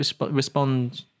respond